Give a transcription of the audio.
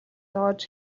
зовоож